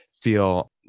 feel